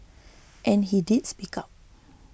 and he did speak up